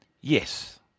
Yes